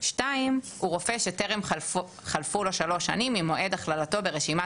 (2)הוא רופא שטרם חלפו שלוש שנים ממועד הכללתו ברשימת